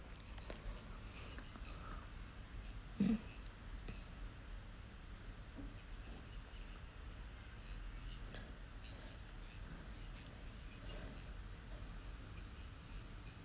mm